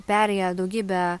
perėję daugybę